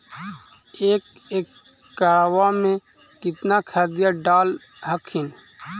एक एकड़बा मे कितना खदिया डाल हखिन?